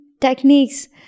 techniques